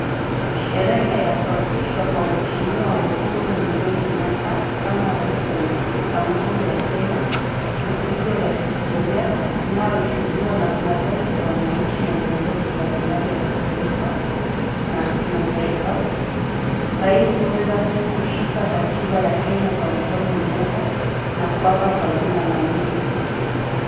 Sherehe ya kuapishwa kwa mheshimiwa Uhuru Mwigai Kenyatta, kama Rais wa Jamhuri ya Kenya ni tukio la kihistoria linaloshuhudiwa na maelfu ya wananchi na viongozi mbalimbali wa kitaifa na kimataifa, Rais huweza kushika katiba ya Kenya kwa mkono mmoja na kuapa kwa jina la Mungu.